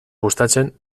gustatzen